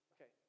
Okay